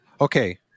Okay